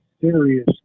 serious